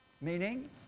Meaning